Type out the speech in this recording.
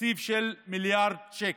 בתקציב של מיליארד שקלים.